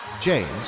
James